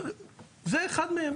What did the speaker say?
זה אחד מהם,